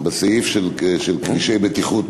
הסעיף של כבישי בטיחות,